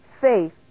faith